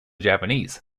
japanese